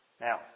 Now